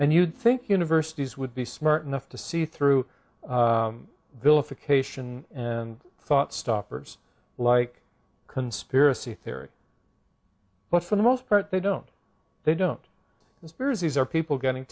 and you'd think universities would be smart enough to see through vilification and thought stoppers like conspiracy theory but for the most part they don't they don't experience these are people getting